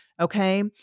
Okay